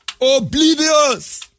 Oblivious